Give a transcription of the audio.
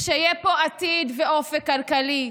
כשיהיה פה עתיד ואופק כלכלי.